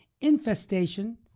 infestation